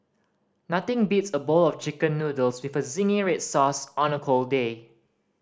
nothing beats a bowl of Chicken Noodles with zingy red sauce on a cold day